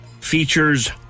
features